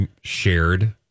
shared